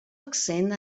accent